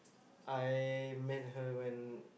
I met her when